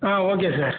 ah okay sir